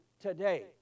today